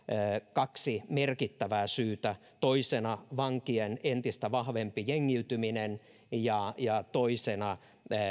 kaksi merkittävää syytä toisena vankien entistä vahvempi jengiytyminen ja ja toisena